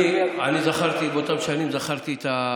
אני זכרתי באותן שנים את האינפלציה,